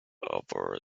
other